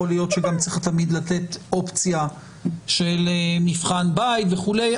יכול להיות שגם צריך תמיד לתת אופציה של מבחן בית וכולי.